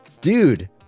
dude